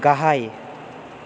गाहाय